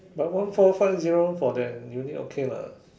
but one four five zero for that unit okay mah